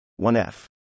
1F